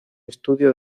estudio